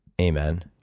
Amen